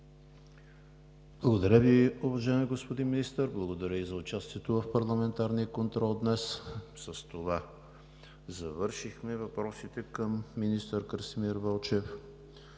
Благодаря Ви, уважаеми господин Министър. Благодаря и за участието в парламентарния контрол днес. С това завършихме въпросите към министър Красимир Вълчев.